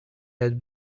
had